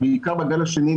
בעיקר בגל השני,